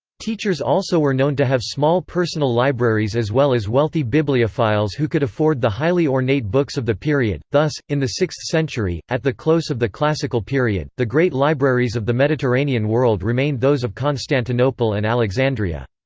teachers also were known to have small personal libraries as well as wealthy bibliophiles who could afford the highly ornate books of the period thus, in the sixth century, at the close of the classical period, the great libraries of the mediterranean world remained those of constantinople and alexandria.